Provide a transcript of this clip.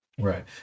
Right